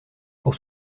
pour